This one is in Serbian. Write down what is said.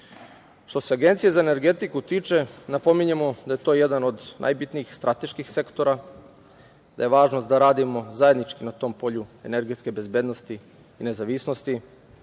se Agencije za energetiku tiče, napominjemo da je to jedan od najbitnijih strateških sektora, da je važno da radimo zajednički na tom polju energetske bezbednosti i nezavisnosti,